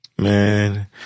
man